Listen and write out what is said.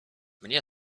mnie